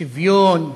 שוויון,